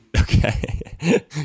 Okay